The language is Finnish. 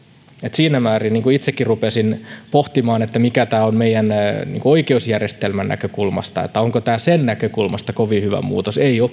siinä määrin itsekin rupesin pohtimaan millainen tämä on meidän oikeusjärjestelmän näkökulmasta onko tämä sen näkökulmasta kovin hyvä muutos ei ole paras